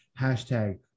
hashtag